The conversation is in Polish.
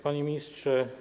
Panie Ministrze!